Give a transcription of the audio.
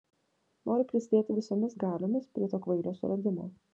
noriu prisidėti visomis galiomis prie to kvailio suradimo